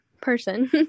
person